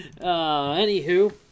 anywho